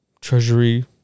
treasury